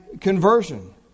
conversion